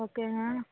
ஓகேங்க